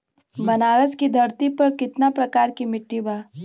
बनारस की धरती पर कितना प्रकार के मिट्टी बा?